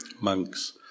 monks